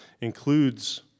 includes